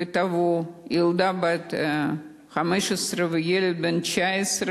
וטבעו ילדה בת 15 וילד בן 19,